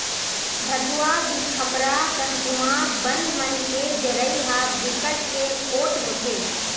भथुवा, बिसखपरा, कनकुआ बन मन के जरई ह बिकट के पोठ होथे